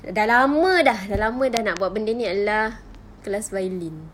sudah lama sudah sudah lama sudah lama sudah nak buat benda ini adalah kelas violin